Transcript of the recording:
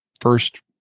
first